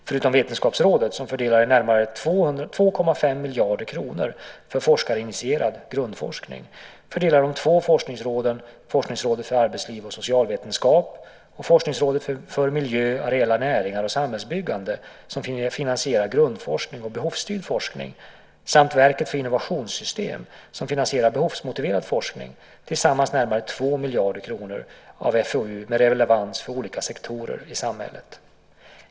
Förutom Vetenskapsrådet, som fördelar närmare 2,5 miljarder kronor för forskarinitierad grundforskning, fördelar de två forskningsråden Forskningsrådet för arbetsliv och socialvetenskap och Forskningsrådet för miljö, areella näringar och samhällsbyggande, som finansierar grundforskning och behovsstyrd forskning, samt Verket för innovationssystem, som finansierar behovsmotiverad forskning, tillsammans närmare 2 miljarder kronor för forskning och utveckling med relevans för olika sektorer i samhället.